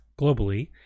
globally